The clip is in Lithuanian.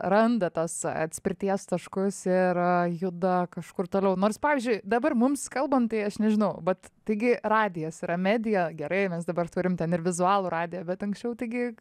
randa tas atspirties taškus ir juda kažkur toliau nors pavyzdžiui dabar mums kalbant tai aš nežinau vat taigi radijas yra medija gerai mes dabar turim ten ir vizualų radiją bet anksčiau taigi